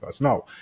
now